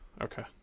okay